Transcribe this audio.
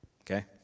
Okay